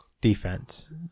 defense